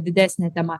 didesnė tema